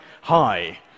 hi